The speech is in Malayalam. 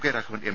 K Raghavan M